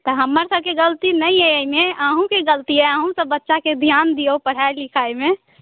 तऽ हमर सबकेँ गलती नहि अइ एहिमे अहूँके गलती अइ अहूँ सब बच्चाके ध्यान दियौ पढ़ाइ लिखाइमे